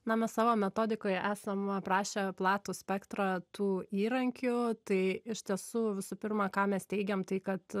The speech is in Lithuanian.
na mes savo metodikoje esam aprašę platų spektrą tų įrankių tai iš tiesų visų pirma ką mes teigiam tai kad